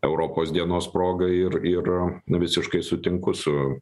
europos dienos proga ir ir na visiškai sutinku su